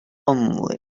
only